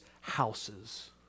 houses